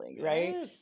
right